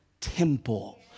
temple